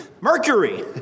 Mercury